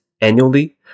annually